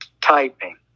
typing